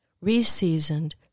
re-seasoned